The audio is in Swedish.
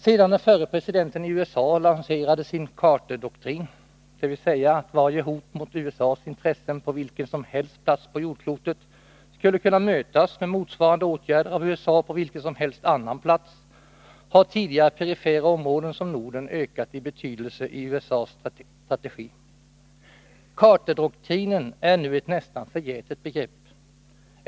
Sedan den förre presidenten i USA lanserade sin ”Carterdoktrin”, dvs. att varje hot mot USA:s intressen på vilken som helst plats på jordklotet skulle kunna mötas med motsvarande åtgärder av USA på vilken som helst annan plats, har tidigare perifera områden som Norden ökat i betydelse i USA:s strategi. ”Carterdoktrinen” är nu ett nästan förgätet begrepp.